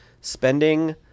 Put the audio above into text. spending